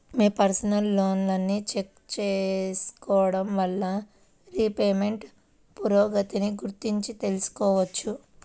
మీ personal లోన్ని check చేసుకోడం వల్ల రీపేమెంట్ పురోగతిని గురించి తెలుసుకోవచ్చు